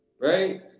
Right